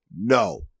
no